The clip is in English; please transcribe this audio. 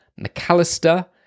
McAllister